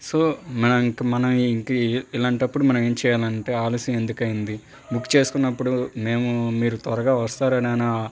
so మనం ఇంకా మనం ఇంక ఇలాంటప్పుడు మనం ఏం చేయాలంటే ఆలస్యం ఎందుకు అయ్యింది బుక్ చేసుకున్నప్పుడు మేము మీరు త్వరగా వస్తారనేనా